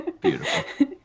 Beautiful